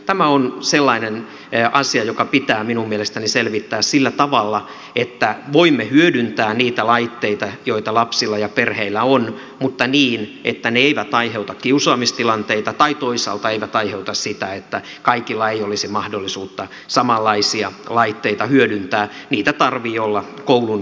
tämä on sellainen asia joka pitää minun mielestäni selvittää sillä tavalla että voimme hyödyntää niitä laitteita joita lapsilla ja perheillä on mutta niin että ne eivät aiheuta kiusaamistilanteita tai toisaalta eivät aiheuta sitä että kaikilla ei olisi mahdollisuutta samanlaisia laitteita hyödyntää niitä tarvitsee olla koulun tarjottavana